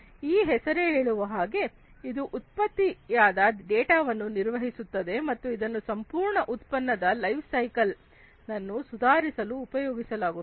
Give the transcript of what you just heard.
ಈ ಹೆಸರೇ ಹೇಳುವ ಹಾಗೆ ಇದು ಉತ್ಪತ್ತಿಯಾದ ಡೇಟಾವನ್ನು ನಿರ್ವಹಿಸುತ್ತದೆ ಮತ್ತು ಇದನ್ನು ಸಂಪೂರ್ಣ ಉತ್ಪನ್ನದ ಲೈಫ್ ಸೈಕಲ್ ನನ್ನ ಸುಧಾರಿಸಲು ಉಪಯೋಗಿಸಲಾಗುತ್ತದೆ